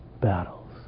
battles